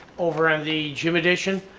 over on the gym edition,